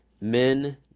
men